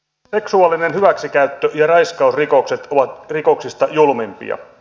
seksuaalinen hyväksikäyttö ja raiskausrikokset ovat rikoksista julmimpia